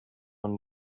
one